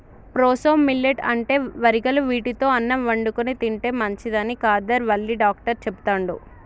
proso millet అంటే వరిగలు వీటితో అన్నం వండుకొని తింటే మంచిదని కాదర్ వల్లి డాక్టర్ చెపుతండు